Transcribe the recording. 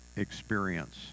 experience